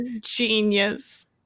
genius